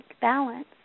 balance